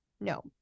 No